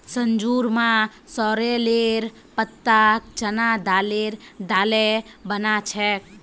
संजूर मां सॉरेलेर पत्ताक चना दाले डाले बना छेक